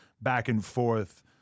back-and-forth